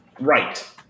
right